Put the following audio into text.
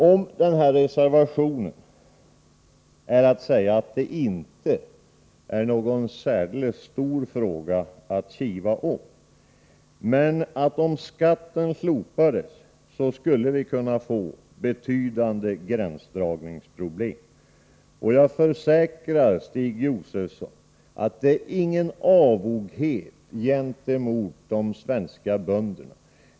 Om den reservationen är att säga att detta inte är någon särdeles stor fråga att kiva om men att det skulle uppstå betydande gränsdragningsproblem om skatten slopades. Jag försäkrar Stig Josefson att ställningstagandet inte innebär någon avoghet gentemot de svenska bönderna.